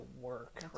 work